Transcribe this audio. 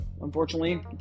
Unfortunately